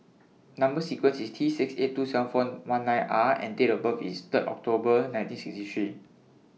Number sequence IS T six eight two seven four one nine R and Date of birth IS Third October nineteen sixty three